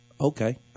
Okay